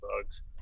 bugs